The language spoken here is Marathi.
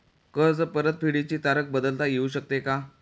कर्ज परतफेडीची तारीख बदलता येऊ शकते का?